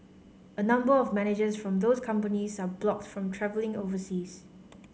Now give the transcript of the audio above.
a number of managers from those companies are blocked from travelling overseas